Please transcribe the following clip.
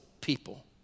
people